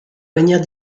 manière